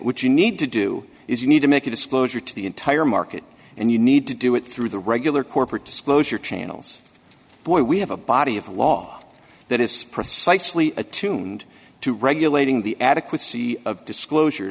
which you need to do if you need to make a disclosure to the entire market and you need to do it through the regular corporate disclosure channels boy we have a body of law that is precisely attuned to regulating the adequacy of disclosure